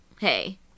hey –